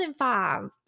2005